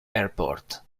airport